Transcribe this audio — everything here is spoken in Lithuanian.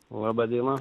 laba diena